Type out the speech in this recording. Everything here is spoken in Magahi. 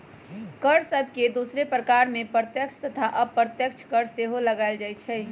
कर सभके दोसरो प्रकार में प्रत्यक्ष तथा अप्रत्यक्ष कर सेहो लगाएल जाइ छइ